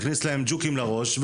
והכניס להם ג'וקים לראש,